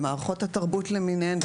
במערכות התרבות למיניהן.